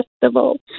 Festival